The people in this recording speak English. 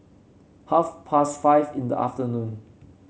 half past five in the afternoon